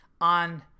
on